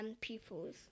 pupils